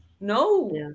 no